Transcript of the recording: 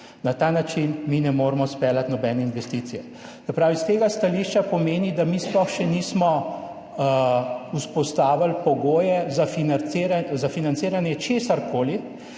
Na ta način mi ne moremo izpeljati nobene investicije. Se pravi, s tega stališča pomeni, da mi sploh še nismo vzpostavili pogojev za financiranje česarkoli.